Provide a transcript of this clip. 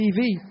TV